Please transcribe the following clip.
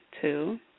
two